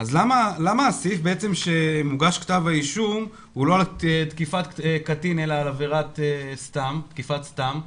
למה הסעיף לפיו מוגש כתב אישום הוא לא תקיפת קטין אלא תקיפת סתם?